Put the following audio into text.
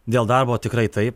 dėl darbo tikrai taip